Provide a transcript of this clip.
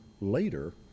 later